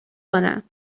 کنم